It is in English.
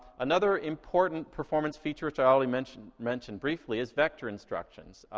another important performance feature which i already mentioned mentioned briefly is vector instructions.